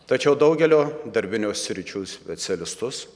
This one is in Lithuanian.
tačiau daugelio darbinių sričių specialistus